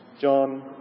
John